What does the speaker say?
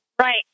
Right